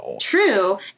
true